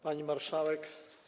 Pani Marszałek!